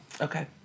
Okay